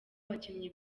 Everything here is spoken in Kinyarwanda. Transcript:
abakinnyi